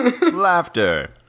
laughter